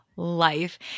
Life